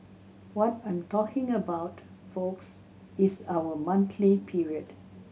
what I'm talking about folks is our monthly period